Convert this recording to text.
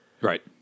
right